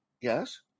Yes